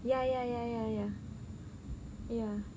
ya ya ya ya ya ya